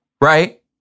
right